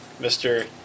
Mr